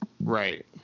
right